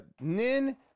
nin